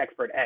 ExpertX